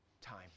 time